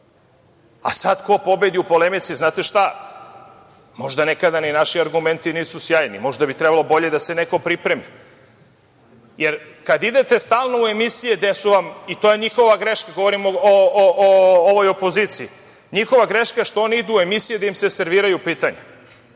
a ko pobedi u polemici… Znate šta, možda nekada ni naši argumenti nisu sjajni. Možda bi trebalo bolje da se neko pripremi jer kada idete stalno u emisije, i to je njihova greška, govorim o opoziciji, njihova greška je što idu u emisiju gde im se serviraju pitanja